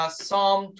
psalm